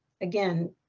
again